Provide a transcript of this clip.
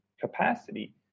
capacity